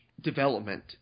development